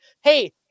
Hey